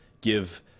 give